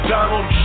Donald